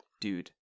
Dude